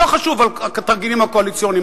לא חשוב התרגילים הקואליציוניים,